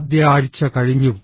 ആദ്യ ആഴ്ച കഴിഞ്ഞു